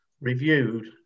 reviewed